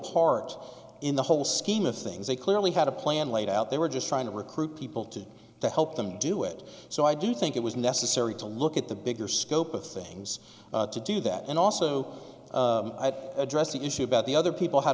part in the whole scheme of things they clearly had a plan laid out they were just trying to recruit people to to help them do it so i do think it was necessary to look at the bigger scope of things to do that and also address the issue about the other people had